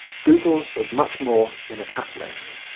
google was much more than a catalyst.